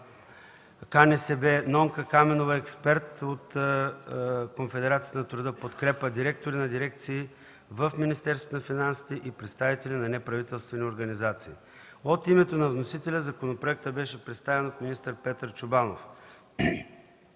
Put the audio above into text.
КНСБ, Нонка Каменова – експерт от Конфедерацията на труда „Подкрепа”, директори на дирекции в Министерството на финансите и представители на неправителствени организации. От името на вносителя законопроектът беше представен от министър Петър Чобанов.